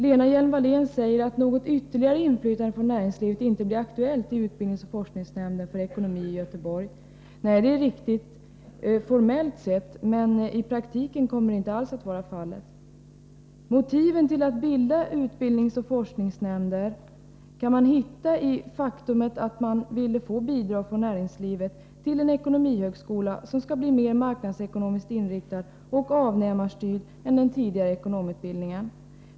Lena Hjelm-Wallén säger att något ytterligare inflytande från näringslivet inte blir aktuellt i utbildningsoch forskningsnämnden för ekonomi i Göteborg. Nej, det är riktigt formellt sett, men i praktiken förhåller det sig inte alls så. Motivet till att inrätta utbildningsoch forskningsnämnden var att få bidrag från näringslivet till en ekonomihögskola som skall bli rer marknadsekonomiskt inriktad och avnämarstyrd än den tidigare ekonomutbildningen.